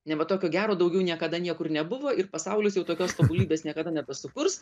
neva tokio gero daugiau niekada niekur nebuvo ir pasaulis jau tokios tobulybės niekada nebesukurs